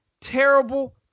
Terrible